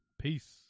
Peace